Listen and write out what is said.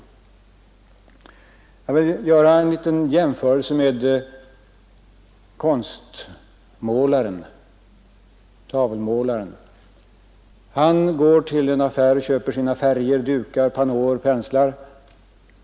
Jag vill göra en liten jämförelse med konstmålaren — han som målar tavlor. Denne går till en affär och köper sina färger, dukar, pannåer och penslar.